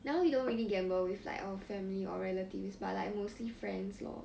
now we don't really gamble with like our family or relatives but like mostly friends lor